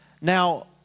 Now